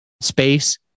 space